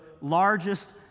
largest